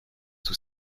tout